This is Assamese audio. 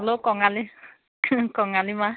হেল্ল' কঙালী কঙালীমাহ